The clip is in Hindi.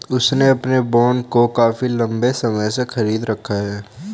उसने अपने बॉन्ड को काफी लंबे समय से खरीद रखा है